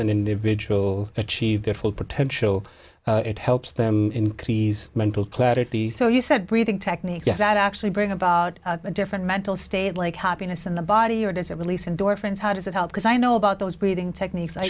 an individual achieve their full potential it helps them increase mental clarity so you said breathing techniques that actually bring about a different mental state like happiness in the body or does it release endorphins how does that help because i know about those breathing techniques i